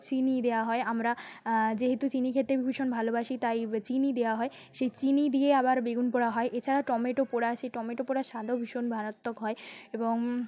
চিনি দেওয়া হয় আমরা যেহেতু চিনি খেতে ভীষণ ভালোবাসি তাই চিনি দেওয়া হয় সেই চিনি দিয়ে আবার বেগুন পোড়া হয় এছাড়া টমেটো পোড়া আছে টমেটো পোড়ার স্বাদও ভীষণ মারাত্মক হয় এবং